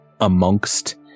amongst